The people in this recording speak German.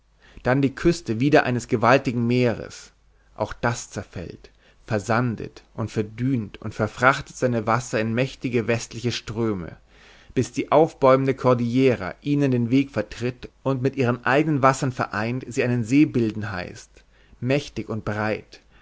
dann die küste wieder eines gewaltigen meers auch das zerfällt versandet und verdünt und verfrachtet seine wasser in mächtige westliche ströme bis die aufbäumende cordillera ihnen den weg vertritt und mit ihren eigenen wassern vereint sie einen see bilden heißt mächtig und breit